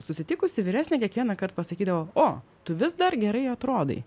susitikusi vyresnė kiekvienąkart pasakydavo o tu vis dar gerai atrodai